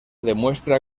demuestra